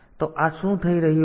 તો આ શું થઈ રહ્યું છે